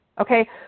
Okay